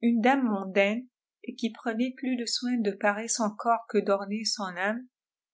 une dame mondaine et qui prenait plus de soin de parer son corps que d'orner son âme